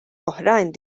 oħrajn